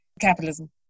capitalism